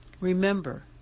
Remember